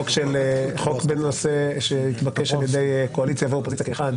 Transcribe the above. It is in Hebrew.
חוק שהתבקש על ידי קואליציה ואופוזיציה כאחד,